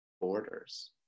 borders